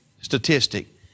statistic